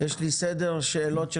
אתם תדברו לפי סדר הגעתכם.